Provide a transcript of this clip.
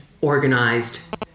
organized